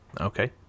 Okay